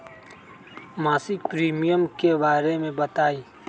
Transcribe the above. मासिक प्रीमियम के बारे मे बताई?